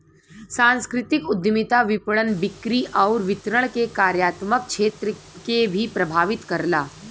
सांस्कृतिक उद्यमिता विपणन, बिक्री आउर वितरण के कार्यात्मक क्षेत्र के भी प्रभावित करला